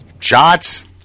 shots